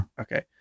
Okay